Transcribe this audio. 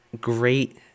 great